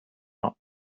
not